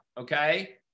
Okay